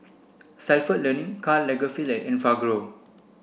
Stalford Learning Karl Lagerfeld Enfagrow